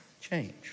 change